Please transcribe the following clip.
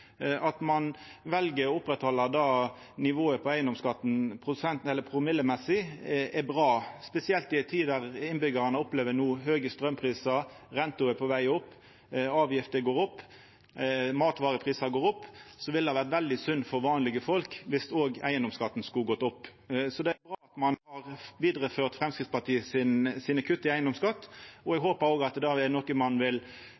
At ein vel å oppretthalda nivået på eigedomsskatten promillemessig, er bra, spesielt i ei tid då innbyggjarane opplever høge straumprisar, renta er på veg opp, avgifter går opp, og matvareprisar går opp. Då ville det vore veldig synd for vanlege folk dersom òg eigedomsskatten skulle gått opp. Så det er bra at ein har vidareført Framstegspartiet sine kutt i eigedomsskatten. Eg håpar at det er noko ein vil